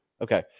Okay